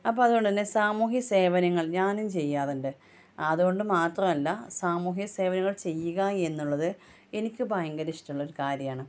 അപ്പോള് അതുകൊണ്ടുതന്നെ സാമൂഹിക സേവനങ്ങൾ ഞാനും ചെയ്യാറുണ്ട് അതുകൊണ്ട് മാത്രമല്ല സാമൂഹിക സേവനങ്ങൾ ചെയ്യുക എന്നുള്ളത് എനിക്ക് ഭയങ്കര ഇഷ്ടമുള്ളൊരു കാര്യമാണ്